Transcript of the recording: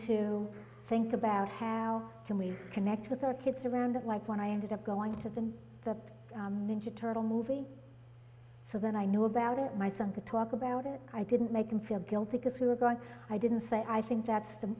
to think about how can we connect with our kids around like one i ended up going to them that ninja turtle movie so that i knew about it my son to talk about it i didn't make him feel guilty because we were going i didn't say i think that's the